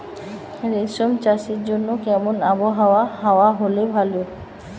রেশম চাষের জন্য কেমন আবহাওয়া হাওয়া হলে ভালো?